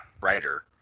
writer